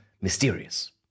mysterious